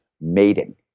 mating